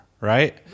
Right